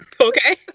Okay